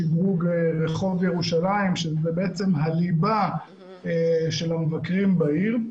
שדרוג רחוב ירושלים שהוא בעצם הליבה של המבקרים בעיר,